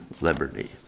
liberty